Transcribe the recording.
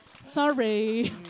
Sorry